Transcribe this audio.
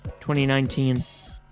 2019